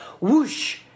Whoosh